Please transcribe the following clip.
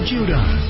Judah